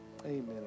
Amen